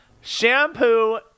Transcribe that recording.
shampoo